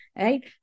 right